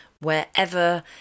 Wherever